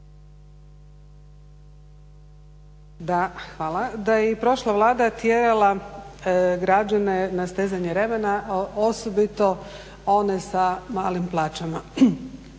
Da, hvala, da je i prošla Vlada tjerala građane na stezanje remena, osobito one sa malim plaćama.